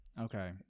Okay